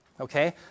okay